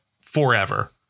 forever